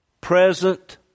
present